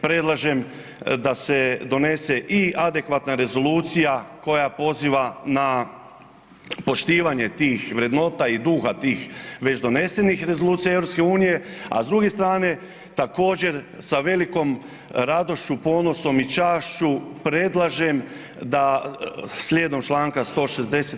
Predlažem da se donese i adekvatna rezolucija koja poziva na poštivanje tih vrednota i duha već donesenih rezolucija EU, a s druge strane također sa velikom radošću, ponosom i čašću predlažem da slijedom čl. 160.